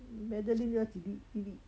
madeleine 要几粒一粒